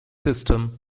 system